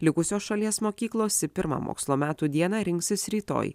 likusios šalies mokyklos į pirmą mokslo metų dieną rinksis rytoj